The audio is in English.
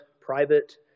private